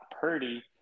Purdy